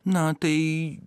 na tai